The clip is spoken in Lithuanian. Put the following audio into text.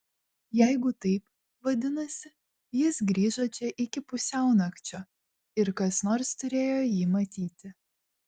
jeigu taip vadinasi jis grįžo čia iki pusiaunakčio ir kas nors turėjo jį matyti